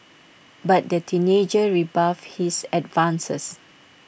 but the teenager rebuffed his advances